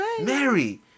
Mary